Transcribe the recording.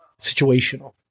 situational